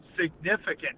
significant